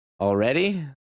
already